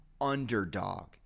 underdog